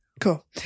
Cool